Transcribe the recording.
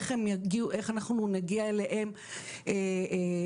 איך אנחנו נגיע אליהם אינטרנטית,